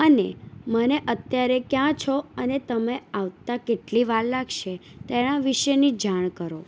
અને મને અત્યારે ક્યાં છો અને તમે આવતા કેટલી વાર લાગશે તેના વિશેની જાણ કરો